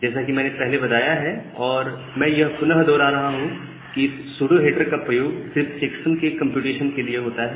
जैसा कि मैंने पहले बताया है और मैं यह पुनः दोहरा रहा हूं कि इस सुडो हेडर का प्रयोग सिर्फ चेक्सम के कंप्यूटेशन के लिए होता है